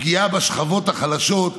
פגיעה בשכבות החלשות,